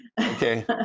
Okay